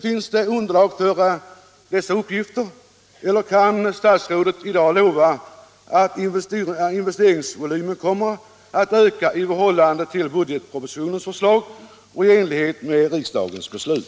Finns det underlag för uppgifterna i pressen, eller kan statsrådet i dag lova att investeringsvolymen kommer att öka i förhållande till budgetpropositionens förslag och i enlighet med riksdagens beslut?